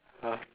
!huh!